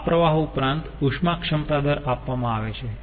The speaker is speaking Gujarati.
અને આ પ્રવાહો ઉપરાંત ઉષ્મા ક્ષમતા દર આપવામાં આવે છે